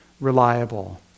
reliable